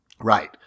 Right